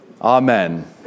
Amen